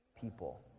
people